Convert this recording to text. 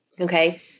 Okay